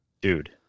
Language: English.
Dude